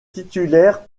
titulaire